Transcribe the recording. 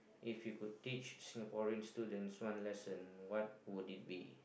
if you could teach Singaporean students' one lesson what would it be